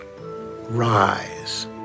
rise